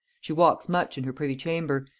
she walks much in her privy chamber,